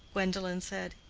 gwendolen said,